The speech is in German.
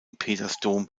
petersdom